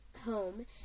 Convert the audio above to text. home